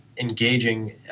engaging